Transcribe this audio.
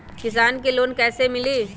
किसान के लोन कैसे मिली?